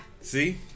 See